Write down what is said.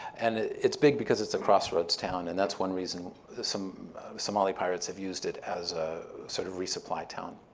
and it's big because it's a crossroads town, and that's one reason that some somali pirates have used it as a sort of resupply town